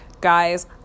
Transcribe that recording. guys